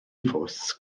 fws